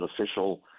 official –